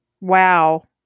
Wow